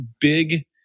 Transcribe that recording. big